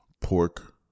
Pork